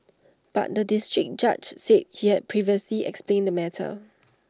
but the District Judge said he had previously explained the matter